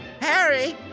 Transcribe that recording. Harry